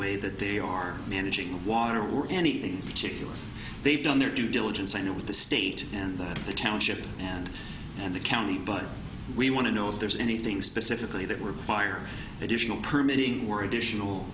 way that they are managing the water or anything particular they've done their due diligence i know with the state and that the township and and the county but we want to know if there's anything specifically that we're fire additional permitting we're additional